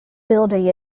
building